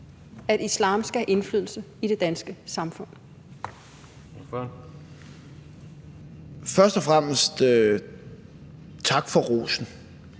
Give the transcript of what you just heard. at islam skal have indflydelse i det danske samfund? Kl. 16:37 Tredje næstformand